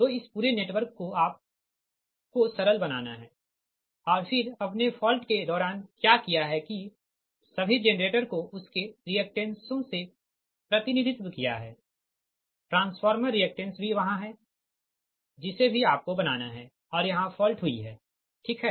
तो इस पूरे नेटवर्क को आपको सरल बनाना है और फिर आपने फॉल्ट के दौरान क्या किया है कि सभी जेनरेटर को उसके रिएक्टेंसो से प्रतिनिधित्व किया है ट्रांसफार्मर रिएक्टेंस भी वहाँ है जिसे भी आपको बनाना है और यहाँ फॉल्ट हुई है ठीक है